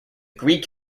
greek